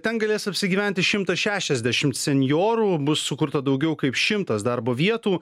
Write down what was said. ten galės apsigyventi šimtas šešiasdešimt senjorų bus sukurta daugiau kaip šimtas darbo vietų